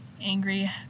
Angry